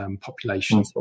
population